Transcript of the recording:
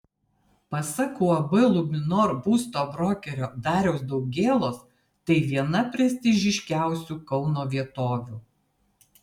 pasak uab luminor būsto brokerio dariaus daugėlos tai viena prestižiškiausių kauno vietovių